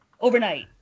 overnight